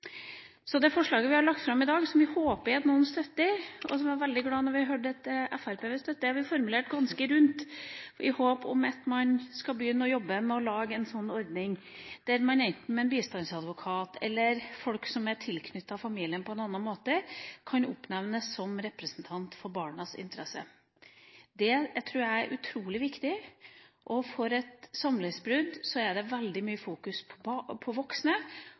Det forslaget vi har lagt fram i dag, som vi håper at flere støtter – vi ble veldig glad da vi hørte at Fremskrittspartiet vil støtte det – har vi formulert ganske rundt, i håp om at man skal begynne å jobbe med å lage en ordning der enten en bistandsadvokat eller folk som er tilknyttet familien på en annen måte, kan oppnevnes som representant for barna og deres interesser. Det tror jeg er utrolig viktig. I et samlivsbrudd er det veldig mye fokus på voksne. Voksne